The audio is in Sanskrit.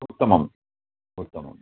उत्तमम् उत्तमम्